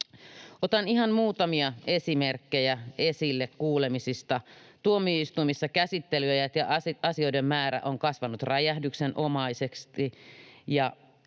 Otan ihan muutamia esimerkkejä esille kuulemisista. Tuomioistuimissa käsittelyajat ja asioiden määrä ovat kasvaneet räjähdyksenomaisesti,